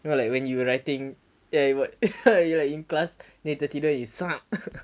you know like when you're writing ya but you're like in class then later tertidur youppo